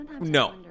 no